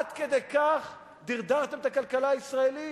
עד כדי כך דרדרתם את הכלכלה הישראלית?